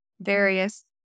various